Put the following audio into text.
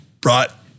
brought